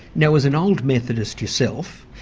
now as an old methodist yourself,